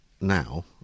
now